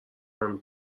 همین